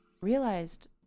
realized